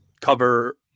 cover